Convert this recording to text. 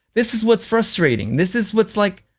this is what's frustrating, this is what's, like,